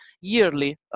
yearly